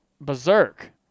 berserk